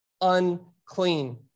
unclean